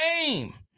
game